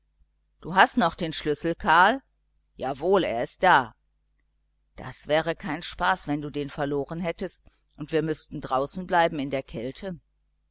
zu hast du doch den schlüssel karl jawohl da ist er das wäre kein spaß wenn du den verloren hättest und wir müßten da draußen bleiben in der kälte